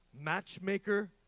matchmaker